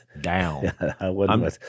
down